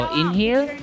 inhale